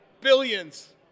billions